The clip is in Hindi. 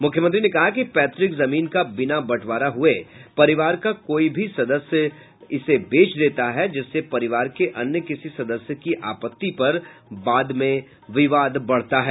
मुख्यमंत्री ने कहा कि पैतृक जमीन का बिना बंटवारा हुए परिवार का कोई भी सदस्य बेच देता है जिससे परिवार के अन्य किसी सदस्य की आपत्ति पर बाद में विवाद बढ़ता है